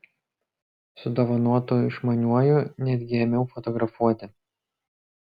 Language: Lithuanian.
su dovanotu išmaniuoju netgi ėmiau fotografuoti